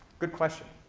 good question.